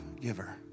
giver